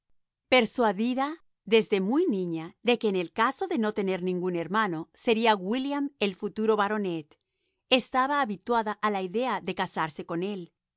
persuadida desde muy niña de que en el caso de no tener ningún hermano sería william el futuro baronet estaba habituada a la idea de casarse con él